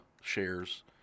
shares